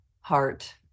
heart